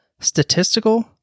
statistical